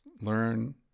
Learn